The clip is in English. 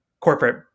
corporate